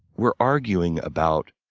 we're arguing about